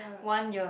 one year